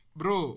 bro